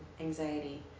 anxiety